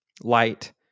light